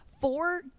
four